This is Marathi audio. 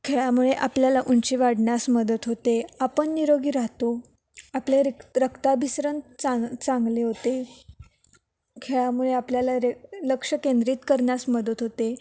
खेळामुळे आपल्याला उंची वाढण्यास मदत होते आपण निरोगी राहतो आपल्या रिक रक्ताभिसरण चां चांगले होते खेळामुळे आपल्याला रे लक्ष केंद्रित करण्यास मदत होते